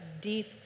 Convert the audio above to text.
deep